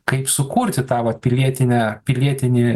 kaip sukurti tą va pilietinę pilietinį